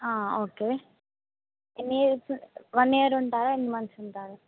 okay ఎన్ని years one year ఉంటారా ఎన్ని మంత్స్ ఉంటారు